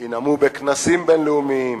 ינאמו בכנסים בין-לאומיים,